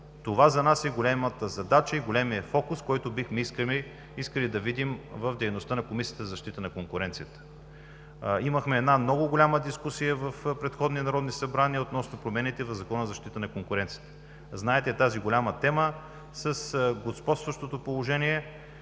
Това за нас е голямата задача, големият фокус, който бихме искали да видим в дейността на Комисията за защита на конкуренцията. Имахме много голяма дискусия в предходни народни събрания относно промени в Закона за защита на конкуренцията. Знаете тази голяма тема с господстващото положение